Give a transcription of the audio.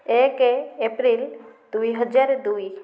ଏକ ଏପ୍ରିଲ ଦୁଇ ହଜାର ଦୁଇ